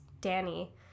danny